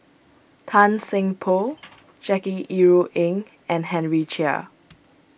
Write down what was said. Tan Seng Poh Jackie Yi Ru Ying and Henry Chia